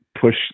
push